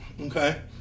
okay